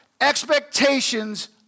expectations